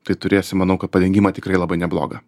tai turėsim manau kad padengimą tikrai labai neblogą